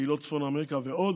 עם קהילות בצפון אמריקה ועוד,